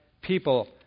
people